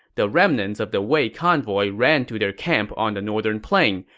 the remnants of the wei convoy ran to their camp on the northern plain,